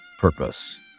purpose